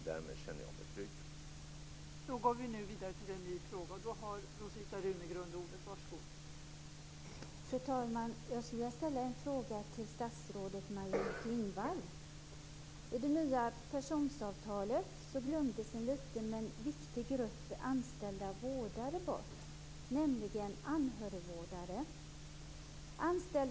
Därmed känner jag mig trygg.